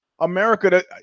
America